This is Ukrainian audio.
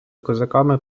козаками